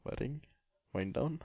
baring wind down